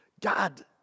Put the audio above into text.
God